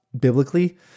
biblically